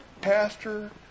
pastor